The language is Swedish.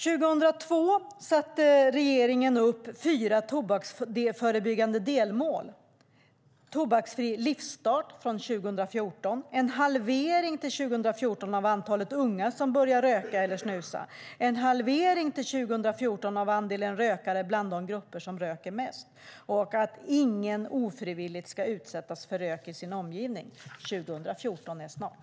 År 2002 satte regeringen upp fyra tobaksförebyggande delmål: tobaksfri livsstart från 2014, en halvering till 2014 av antalet unga som börjar röka eller snusa, en halvering till 2014 av andelen rökare i de grupper som röker mest och att ingen ofrivilligt ska utsättas för rök i sin omgivning. År 2014 är snart.